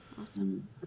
Awesome